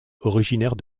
originaire